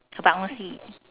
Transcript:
bouncy